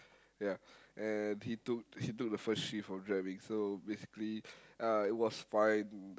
ya and he took he took the first shift of driving so basically uh it was fine